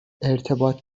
ارتباط